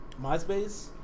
MySpace